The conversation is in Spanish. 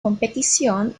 competición